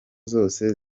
zose